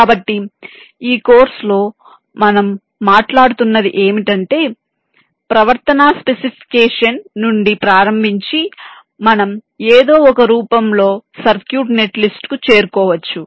కాబట్టి ఈ కోర్సులో మనం మాట్లాడుతున్నది ఏమిటంటే ప్రవర్తనా స్పెసిఫికేషన్ నుండి ప్రారంభించి మనం ఏదో ఒక రూపంలో సర్క్యూట్ నెట్ లిస్ట్ కు చేరుకోవచ్చు